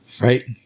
right